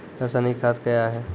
रसायनिक खाद कया हैं?